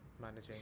managing